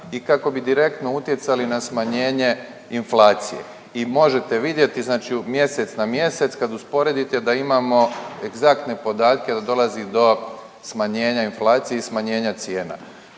i kako bi direktno utjecali na smanjenje inflacije i možete vidjeti znači u mjesec na mjesec kad usporedite da imamo egzaktne podatke da dolazi do smanjenja inflacije i smanjenja cijena.